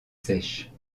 sèches